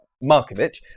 Markovic